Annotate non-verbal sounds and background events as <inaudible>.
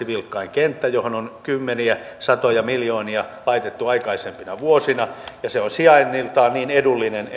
<unintelligible> vilkkain kenttä johon on kymmeniä satoja miljoonia laitettu aikaisempina vuosina ja se on sijainniltaan niin edullinen <unintelligible>